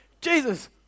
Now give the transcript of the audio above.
Jesus